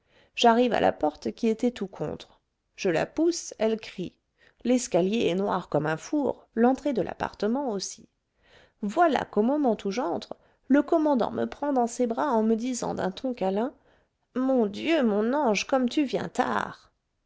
j'arrive à la porte qui était tout contre je la pousse elle crie l'escalier est noir comme un four l'entrée de l'appartement aussi voilà qu'au moment où j'entre le commandant me prend dans ses bras en me disant d'un ton câlin mon dieu mon ange comme tu viens tard